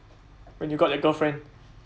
when you got a girlfriend